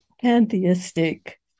pantheistic